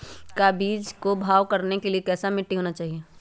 का बीज को भाव करने के लिए कैसा मिट्टी होना चाहिए?